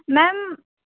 ma'am